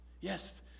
Yes